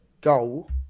goal